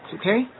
okay